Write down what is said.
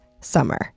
summer